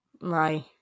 right